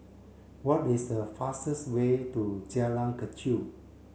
what is the fastest way to Jalan Kechil